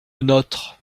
nôtre